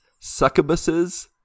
succubuses